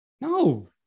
No